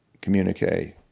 communique